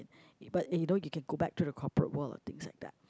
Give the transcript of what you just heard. but you know you can go back to the corporate world and things like that